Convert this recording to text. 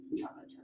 chocolate